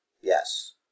Yes